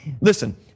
Listen